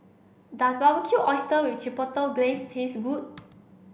does Barbecued Oysters with Chipotle Glaze taste good